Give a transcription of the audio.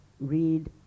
read –